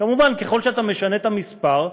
כמובן, ככל שאתה משנה את המספר,